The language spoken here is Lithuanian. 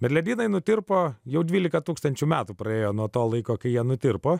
bet ledynai nutirpo jau dvylika tūkstančių metų praėjo nuo to laiko kai jie nutirpo